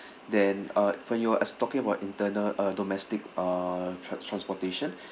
then uh for your as talking about internal uh domestic uh trans~ transportation